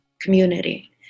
community